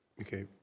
Okay